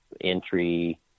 entry